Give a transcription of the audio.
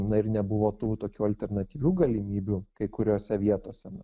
na ir nebuvo tų tokių alternatyvių galimybių kai kuriose vietose